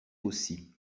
aussi